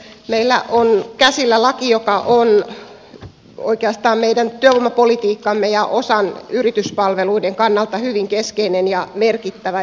meillä on käsillä laki joka on oikeastaan meidän työvoimapolitiikkamme ja osan yrityspalveluista kannalta hyvin keskeinen ja merkittävä